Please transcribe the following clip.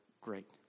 great